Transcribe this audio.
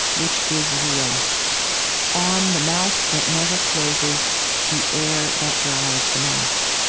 which is real on the mouth that never closes the air that dries the mouth